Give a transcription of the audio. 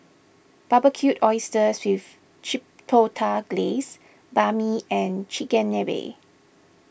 Barbecued Oysters with Chipotle Glaze Banh Mi and Chigenabe